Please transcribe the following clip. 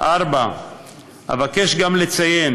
אבקש גם לציין